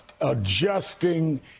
adjusting